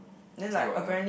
still got what ah